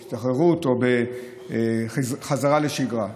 בהשתחררות, או בחזרה לשגרה.